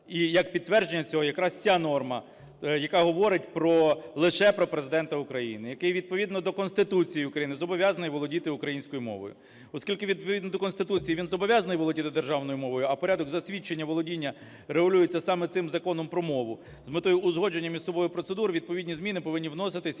І як підтвердження цього якраз ця норма, яка говорить лише про Президента України, який, відповідно до Конституції України, зобов'язаний володіти українською мовою. Оскільки, відповідно до Конституції, він зобов'язаний володіти державною мовою, а порядок засвідчення володіння регулюється саме цим Законом про мову, з метою узгодження між собою процедур відповідні зміни повинні вноситися